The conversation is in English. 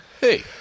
Hey